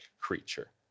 creature